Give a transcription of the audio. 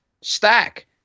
stack